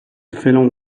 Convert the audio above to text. film